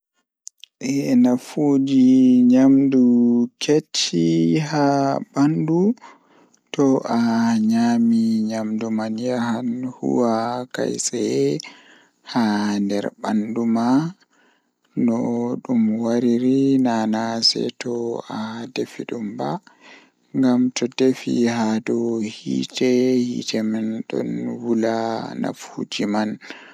Eh wuro jei welatami mi mimedai yahugo nden mi yidi yahugo bano mi yecci haa baawo kanjum woni kaaba wuro makka.